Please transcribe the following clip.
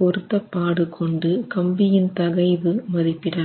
பொருத்தப்பாடு கொண்டு கம்பியின் தகைவு மதிப்பிடலாம்